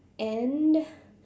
and